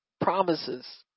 promises